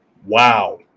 Wow